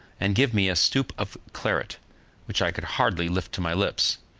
and give me a stoup of claret, which i could hardly lift to my lips,